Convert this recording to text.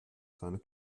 seiner